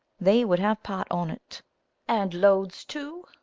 they would have part on't. and ladies too,